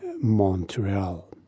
Montreal